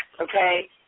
okay